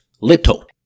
Little